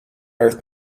earth